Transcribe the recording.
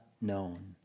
known